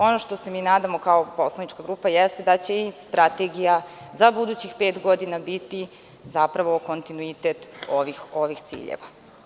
Ono što se mi nadamo kao poslanička grupa jeste da će i strategija za budućih pet godina biti zapravo kontinuitet ovih ciljeva.